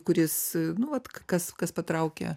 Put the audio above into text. kuris nu vat kas kas patraukia